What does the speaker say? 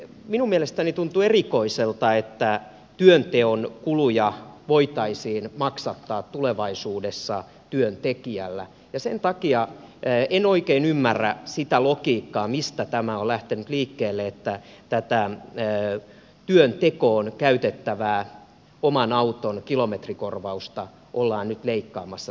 minun mielestäni tuntuu erikoiselta että työnteon kuluja voitaisiin maksattaa tulevaisuudessa työntekijällä ja sen takia en oikein ymmärrä sitä logiikkaa mistä tämä on lähtenyt liikkeelle että tätä työntekoon käytettävää oman auton kilometrikorvausta ollaan nyt leikkaamassa tällä tavalla